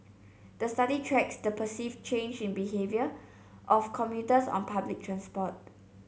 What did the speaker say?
the study tracks the perceived change in behaviour of commuters on public transport